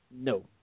No